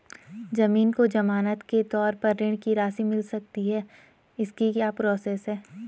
ज़मीन को ज़मानत के तौर पर ऋण की राशि मिल सकती है इसकी क्या प्रोसेस है?